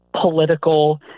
political